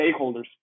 stakeholders